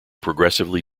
progressively